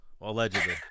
Allegedly